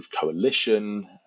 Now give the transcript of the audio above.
coalition